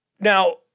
Now